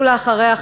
ואחריה,